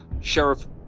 Sheriff